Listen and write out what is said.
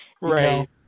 right